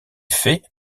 fait